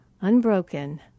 unbroken